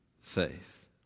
faith